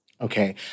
Okay